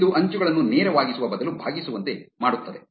ಇದು ಅಂಚುಗಳನ್ನು ನೇರವಾಗಿಸುವ ಬದಲು ಬಾಗಿಸುವಂತೆ ಮಾಡುತ್ತದೆ